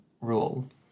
rules